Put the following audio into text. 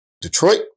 Detroit